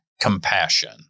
compassion